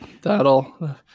That'll